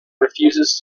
refuses